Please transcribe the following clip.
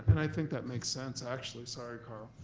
and i think that makes sense, actually. sorry, carl.